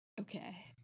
Okay